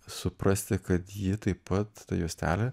suprasti kad ji taip pat ta juostelė